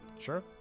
Sure